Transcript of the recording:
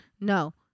No